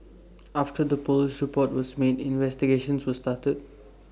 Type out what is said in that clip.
after the Police report was made investigations were started